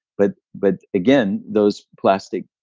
but but again, those plastic